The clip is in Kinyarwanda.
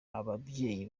ababyeyi